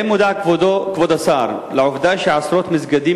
האם כבוד השר מודע לעובדה שעשרות מסגדים